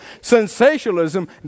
sensationalism